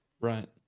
right